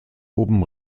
oben